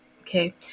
Okay